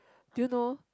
do you know